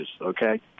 Okay